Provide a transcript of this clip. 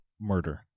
murder